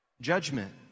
Judgment